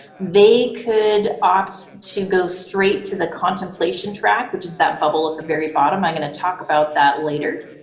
they could opt to go straight to the contemplation track, which is that bubble at the very bottom i'm going to talk about that later.